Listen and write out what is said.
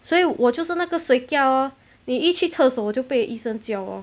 所以我就是那个 sui kia lor 你一去厕所我就被医生叫 lor